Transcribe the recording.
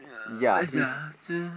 uh where's ya two